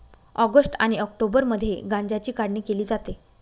August आणि ऑक्टोबरमध्ये गांज्याची काढणी केली जाते